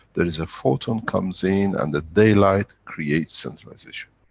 there is a photon comes in and the daylight creates centralization.